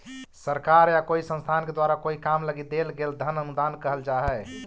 सरकार या कोई संस्थान के द्वारा कोई काम लगी देल गेल धन अनुदान कहल जा हई